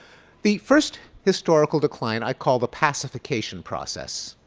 the first historical decline i call the pacification process.